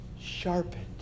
sharpened